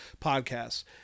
podcasts